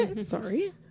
Sorry